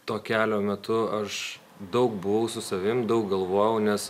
to kelio metu aš daug buvau su savimi daug galvojau nes